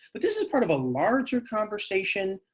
but this is part of a larger conversation.